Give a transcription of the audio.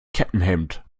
kettenhemd